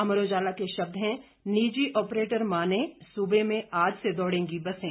अमर उजाला के शब्द हैं निजी ऑपरेटर माने सूबे में आज से दौड़ेगी बसें